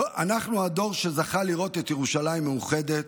אנחנו הדור שזכה לראות את ירושלים מאוחדת,